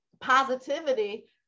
positivity